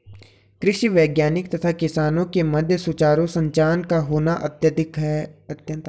कृषि वैज्ञानिक तथा किसानों के मध्य सुचारू संचार का होना अत्यंत आवश्यक है